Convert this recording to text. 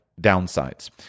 downsides